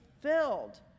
filled